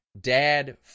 Dad